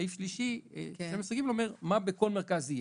והסעיף השלישי, 12ג, אומר מה יהיה בכל מרכז.